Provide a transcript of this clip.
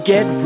Get